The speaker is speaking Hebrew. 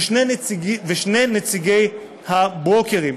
ושני נציגי הברוקרים.